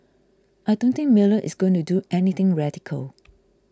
I don't think Mueller is going to do anything radical